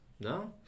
No